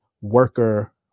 worker